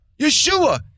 Yeshua